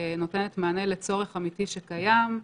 נותנת מענה לצורך אמיתי שקיים.